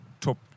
top